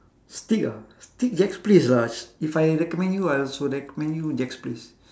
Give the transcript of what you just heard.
steak ah steak jack's place ah if I recommend you I also recommend you jack's place